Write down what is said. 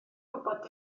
gwybod